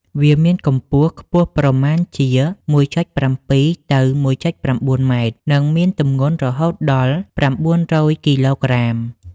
វាមានកម្ពស់ខ្ពស់ប្រមាណជា ១.៧ ទៅ ១.៩ ម៉ែត្រ និងមានទម្ងន់រហូតដល់ ៩០០ គីឡូក្រាម។